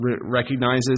recognizes